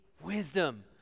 wisdom